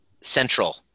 central